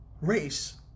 race